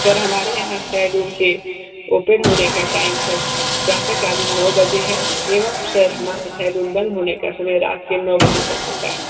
sir हमारे यहां salon के ओपन होने का टाइम सर प्रातः कालीन नौ बजे हैं एवं सर हमारे सलौन बंद होने का समय रात के नौ बजे तक होता है